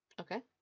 Okay